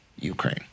Ukraine